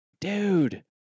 dude